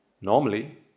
Normally